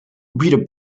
rita